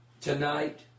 tonight